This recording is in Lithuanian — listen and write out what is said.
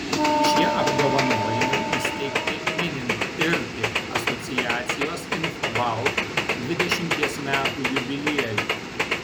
šie apdovanojimai įsteigti minint irti asociacijos infobalt dvidešimties metų jubiliejų